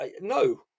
no